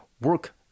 work